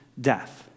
death